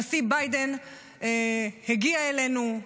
הנשיא ביידן הגיע אלינו,